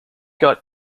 got